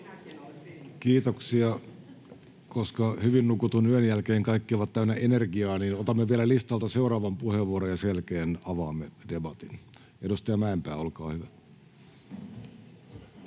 Kiitoksia. — Koska hyvin nukutun yön jälkeen kaikki ovat täynnä energiaa, niin otamme vielä listalta seuraavan puheenvuoron, ja sen jälkeen avaamme debatin. — Edustaja Mäenpää, olkaa hyvä.